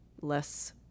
less